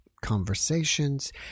conversations